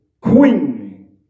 queen